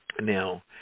Now